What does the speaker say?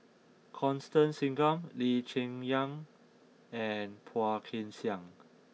Constance Singam Lee Cheng Yan and Phua Kin Siang